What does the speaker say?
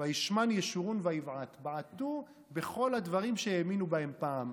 "וישמן ישֻרון ויבעט" בעטו בכל הדברים שהאמינו בהם פעם.